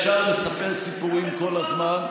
אפשר לספר סיפורים כל הזמן.